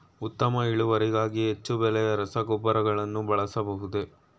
ಉತ್ತಮ ಇಳುವರಿಗಾಗಿ ಹೆಚ್ಚು ಬೆಲೆಯ ರಸಗೊಬ್ಬರಗಳನ್ನು ಬಳಸಬಹುದೇ?